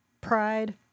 Pride